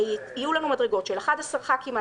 יהיו לנו מדרגות של 11 20 חברי כנסת.